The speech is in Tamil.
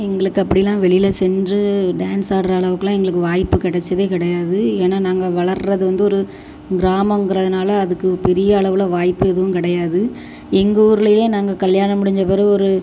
எங்களுக்கு அப்படிலாம் வெளியில் சென்று டான்ஸ் ஆடுற அளவுக்குலாம் எங்களுக்கு வாய்ப்பு கிடச்சதே கிடையாது ஏன்னா நாங்கள் வளர்கிறது வந்து ஒரு கிராமங்கிறதுனால அதுக்கு பெரிய அளவில் வாய்ப்பு எதுவும் கிடையாது எங்கள் ஊருலேயே நாங்கள் கல்யாணம் முடிஞ்ச பிறகு ஒரு